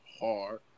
hard